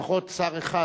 לפחות שר אחד,